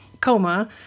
coma